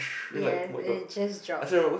yes it just drop